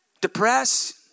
depressed